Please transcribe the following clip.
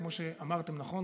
כמו שאמרתם נכון,